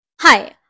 Hi